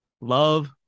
Love